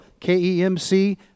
KEMC